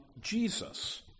Jesus